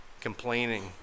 complaining